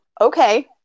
Okay